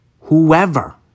whoever